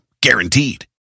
Guaranteed